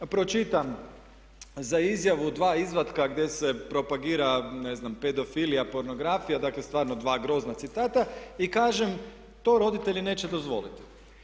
Pročitam za izjavu dva izvatka gdje se propagira ne znam pedofilija, pornografija, dakle stvarno dva grozna citata i kažem to roditelji neće dozvoliti.